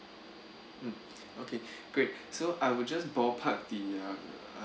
mm okay great so I will just ballpark the uh